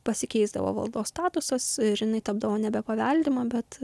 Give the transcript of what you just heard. pasikeisdavo valdos statusas ir jinai tapdavo nebe paveldima bet